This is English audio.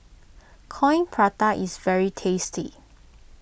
Coin Prata is very tasty